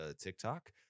TikTok